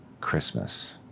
Christmas